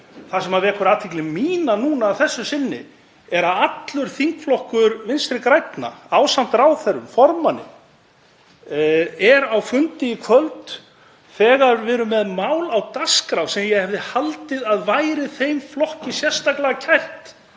Það sem vekur athygli mína núna að þessu sinni er að allur þingflokkur Vinstri grænna ásamt ráðherrum og formanni er á fundi í kvöld þegar við erum með mál á dagskrá sem ég hefði haldið að væri þeim flokki sérstaklega kært